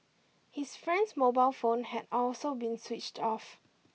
his friend's mobile phone had also been switched off